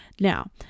Now